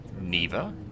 Neva